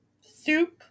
Soup